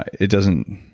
it doesn't.